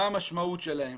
מה המשמעות שלהן,